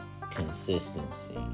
consistency